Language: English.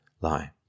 lie